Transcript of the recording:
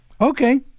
Okay